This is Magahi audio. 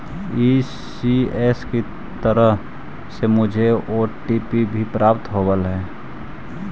ई.सी.एस की तरफ से मुझे ओ.टी.पी भी प्राप्त होलई हे